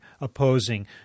opposing